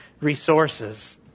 resources